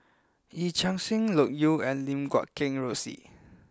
Yee Chia Hsing Loke Yew and Lim Guat Kheng Rosie